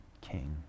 king